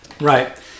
Right